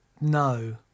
No